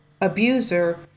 abuser